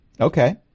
Okay